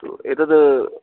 तु एतद्